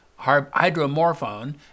hydromorphone